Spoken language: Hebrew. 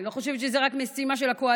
אני לא חושבת שזו רק משימה של הקואליציה,